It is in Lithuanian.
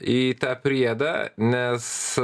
į tą priedą nes